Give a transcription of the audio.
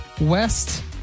West